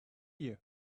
you